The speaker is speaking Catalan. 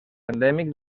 endèmic